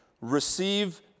receive